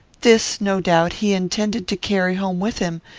this, no doubt, he intended to carry home with him,